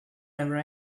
never